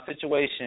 situation